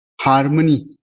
harmony